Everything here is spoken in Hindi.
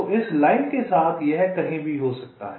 तो इस लाइन के साथ यह कहीं भी हो सकता है